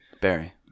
Barry